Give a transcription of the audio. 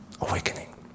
awakening